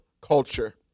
culture